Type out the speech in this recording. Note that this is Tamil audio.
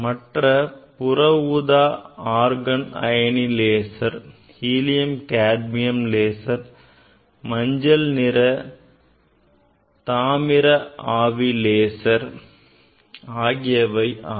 மற்றவை புற ஊதா ஆர்கன் அயனி லேசர் ஹீலியம் கேட்மியம் லேசர் மஞ்சள் நீர தாமிர ஆவி லேசர் ஆகியவை ஆகும்